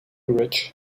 rich